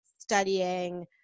Studying